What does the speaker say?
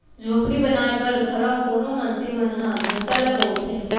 झोपड़ी बनाए बर घलौ कोनो मनसे मन ह भूसा ल बउरथे